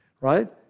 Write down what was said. Right